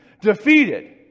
defeated